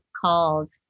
called